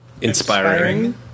Inspiring